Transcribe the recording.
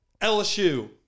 LSU